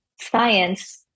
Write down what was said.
science